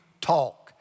talk